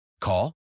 Call